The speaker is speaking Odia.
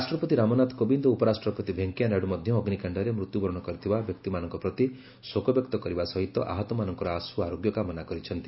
ରାଷ୍ଟ୍ରପତି ରାମନାଥ କୋବିନ୍ଦ ଓ ଉପରାଷ୍ଟ୍ରପତି ଭେଙ୍କୟା ନାଇଡୁ ମଧ୍ୟ ଅଗ୍ନିକାଶ୍ଡରେ ମୃତ୍ୟୁ ବରଣ କରିଥିବା ବ୍ୟକ୍ତିମାନଙ୍କ ପ୍ରତି ଶୋକବ୍ୟକ୍ତ କରିବା ସହିତ ଆହତମାନଙ୍କର ଆଶୁ ଆରୋଗ୍ୟ କାମନା କରିଛନ୍ତି